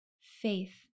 Faith